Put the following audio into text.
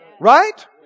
Right